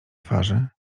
twarzy